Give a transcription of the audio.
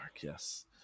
yes